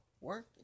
Work